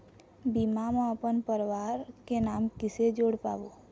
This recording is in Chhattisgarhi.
बीमा म अपन परवार के नाम किसे जोड़ पाबो?